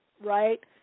right